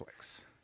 Netflix